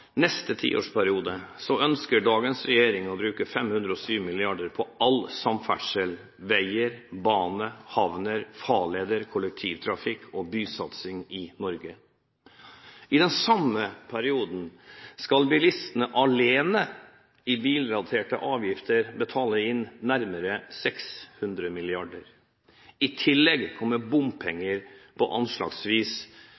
neste tiårsperioden ønsker dagens regjering å bruke 507 mrd. kr på all samferdsel – veier, bane, havner, farleder, kollektivtrafikk og bysatsing – i Norge. I den samme perioden skal bilistene alene i bilrelaterte avgifter betale inn nærmere 600 mrd. kr. I tillegg kommer